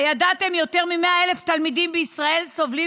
הידעתם שיותר מ-100,000 תלמידים בישראל סובלים